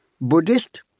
Buddhist